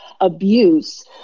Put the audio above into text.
abuse